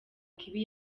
kibi